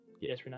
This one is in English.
Yes